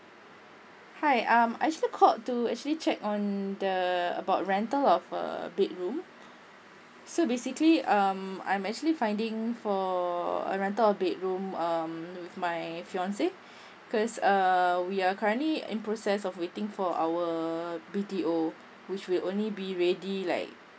hi um I actually called to actually check on the about rental of uh bedroom so basically um I'm actually finding for a rental of bedroom um with my fiance cause err we are currently in process of waiting for our B_T_O which will only be ready like